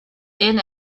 and